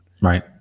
Right